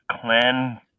clan